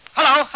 Hello